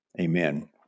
amen